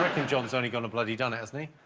john's only gonna bloody done esme.